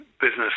business